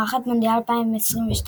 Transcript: מארחת מונדיאל 2022,